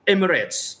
Emirates